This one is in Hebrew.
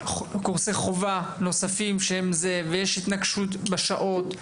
חשבון קורסי חובה נוספים ויש התנגשות בשעות,